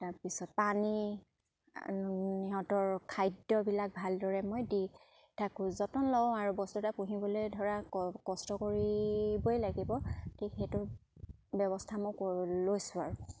তাৰপিছত পানী সিহঁতৰ খাদ্যবিলাক ভালদৰে মই দি থাকোঁ যতন লওঁ আৰু বস্তু এটা পুহিবলৈ ধৰা কষ্ট কৰিবই লাগিব ঠিক সেইটো ব্যৱস্থা মই লৈছোঁ আৰু